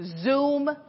zoom